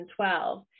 2012